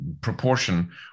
proportion